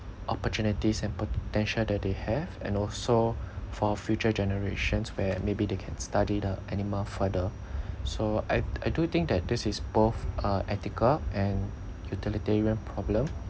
opportunities and potential that they have and also for future generations where maybe they can study the animal further so I I do think that this is both uh ethical and utilitarian problem